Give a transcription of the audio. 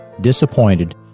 disappointed